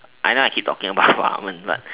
I know I keep talking about ramen but